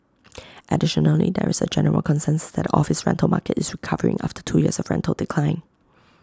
additionally there is A general consensus that the office rental market is recovering after two years of rental decline